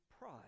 pride